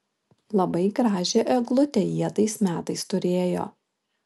labai gražią eglutę jie tais metais turėjo